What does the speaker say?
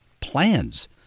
plans